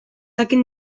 dakit